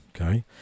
okay